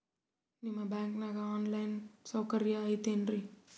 ನಿಮ್ಮ ಬ್ಯಾಂಕನಾಗ online ಸೌಕರ್ಯ ಐತೇನ್ರಿ?